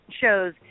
shows